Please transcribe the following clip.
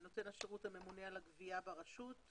נותן השירות הוא הממונה על הגבייה ברשות.